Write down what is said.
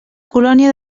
colònia